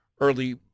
early